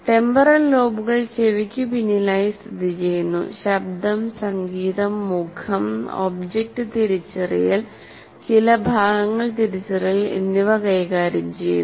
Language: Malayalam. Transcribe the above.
ടെമ്പറൽ ലോബുകൾ ചെവിക്കു പിന്നിലായി സ്ഥിതിചെയ്യുന്നു ശബ്ദം സംഗീതം മുഖം ഒബ്ജക്റ്റ് തിരിച്ചറിയൽ ചില ഭാഗങ്ങൾ എന്നിവ കൈകാര്യം ചെയ്യുന്നു